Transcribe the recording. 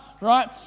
right